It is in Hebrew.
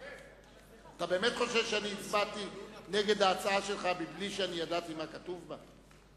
אתה באמת חושב שהצבעתי נגד ההחלטה שלך מבלי שידעתי מה כתוב בה?